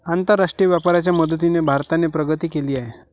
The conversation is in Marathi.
आंतरराष्ट्रीय व्यापाराच्या मदतीने भारताने प्रगती केली आहे